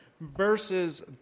verses